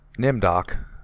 NimDoc